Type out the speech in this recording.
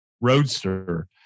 roadster